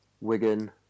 Wigan